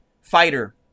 fighter